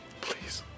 Please